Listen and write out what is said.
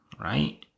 right